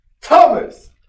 Thomas